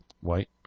White